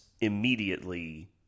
immediately